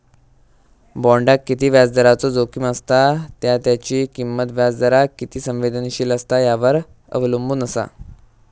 बॉण्डाक किती व्याजदराचो जोखीम असता त्या त्याची किंमत व्याजदराक किती संवेदनशील असता यावर अवलंबून असा